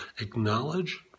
acknowledge